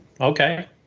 okay